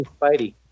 Spidey